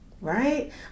right